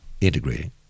integrating